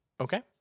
Okay